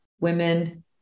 women